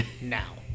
now